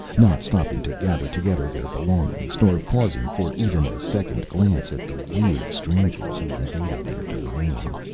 not stopping to gather together their belongings, nor pausing for even a second glance at the weird strangers who invaded their domain.